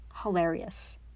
hilarious